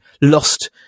lost